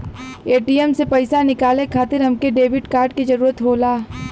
ATM से पइसा निकाले खातिर हमके डेबिट कार्ड क जरूरत होला